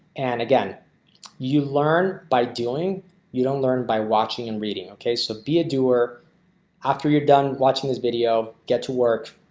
and again you learn by doing you don't learn by watching and reading. okay. so be a doer after you're done watching this video get to work.